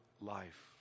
life